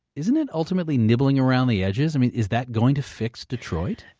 isn't it ultimately nibbling around the edges? i mean, is that going to fix detroit?